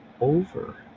over